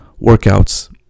workouts